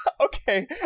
Okay